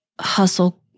hustle